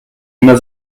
immer